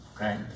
okay